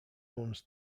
owns